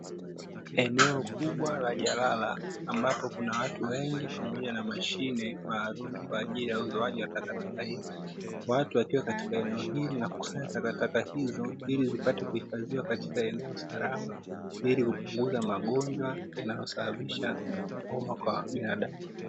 Eneo kubwa la jalala ambapo kuna watu wengi pamoja na mashine maalumu kwa ajili ya uzoaji wa takataka hizi. Watu wakiwa katika eneo hili na hukusanya takataka hizo ili zipate kuhifadhiwa katika eneo salama ili kupinguza magonjwa yanayosababisha homa kwa binadamu.